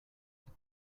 what